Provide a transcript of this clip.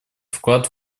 вклад